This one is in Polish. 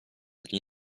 dni